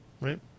Right